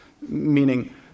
Meaning